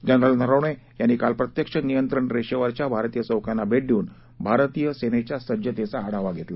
general Naravane यांनी काल प्रत्यक्ष नियंत्रण रेषेवरच्या भारतीय चौक्यांना भेट देऊन भारतीय सेनेच्या सज्जतेचा आढावा घेतला